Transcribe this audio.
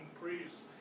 priests